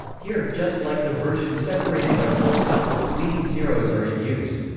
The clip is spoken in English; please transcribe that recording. here just like the version separated by full stops leading zeros are in use.